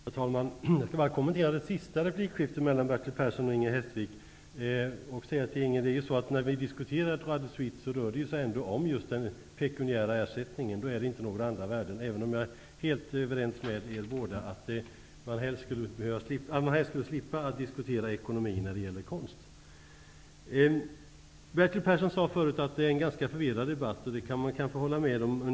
Herr talman! Jag vill kommentera det senaste replikskiftet mellan Bertil Persson och Inger Hestvik. Jag vill säga till Inger Hestvik att när vi diskuterar droit de suite, rör det sig om den pekuniära ersättningen. Då är det inte några andra värden vi talar om, även om jag är helt överens med er båda om att man helst skulle slippa att diskutera ekonomi när det gäller konst. Bertil Persson sade förut att det är en ganska förvirrad debatt. Det kan man kanske hålla med om.